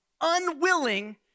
unwilling